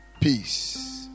peace